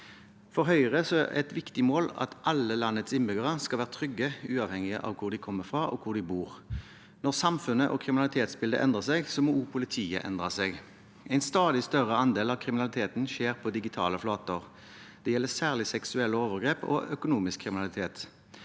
For Høyre er det et viktig mål at alle landets innbyggere skal være trygge, uavhengig av hvor de kommer fra og hvor de bor. Når samfunnet og kriminalitetsbildet endrer seg, må også politiet endre seg. En stadig større andel av kriminaliteten skjer på digitale flater. Det gjelder særlig seksuelle overgrep og økonomisk kriminalitet.